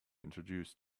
introduce